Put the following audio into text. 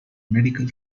medical